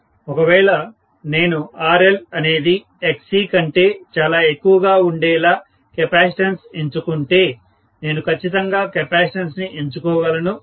ఒకవేళ నేను RL అనేది XC కంటే చాలా ఎక్కువ గా ఉండేలా కెపాసిటన్స్ ఎంచుకుంటే నేను ఖచ్చితంగా కెపాసిటన్స్ ని ఎంచుకోగలను